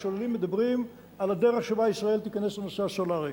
השוללים מדברים על הדרך שבה ישראל תיכנס לנושא הסולרי,